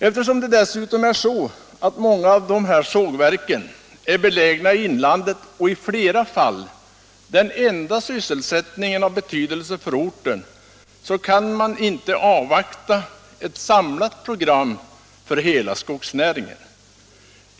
Eftersom det dessutom är så, att många av dessa sågverk är belägna i inlandet och i flera fall svarar för den enda sysselsättningen av betydelse för orten, kan man inte avvakta ett samlat program för hela skogsnäringen.